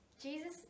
Jesus